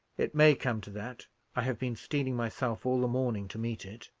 it may come to that i have been steeling myself all the morning to meet it.